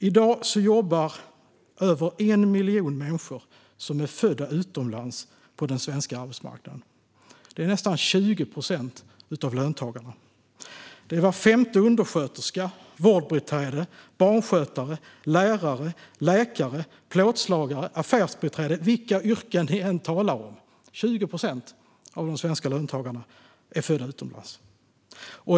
I dag jobbar över 1 miljon människor som är födda utomlands på den svenska arbetsmarknaden. Det är nästan 20 procent av löntagarna. Det är var femte undersköterska, vårdbiträde, barnskötare, lärare, läkare, plåtslagare, affärsbiträde - vilka yrken ni än talar om är 20 procent av de svenska löntagarna födda utomlands.